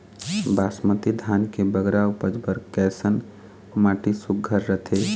बासमती धान के बगरा उपज बर कैसन माटी सुघ्घर रथे?